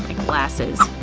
glasses.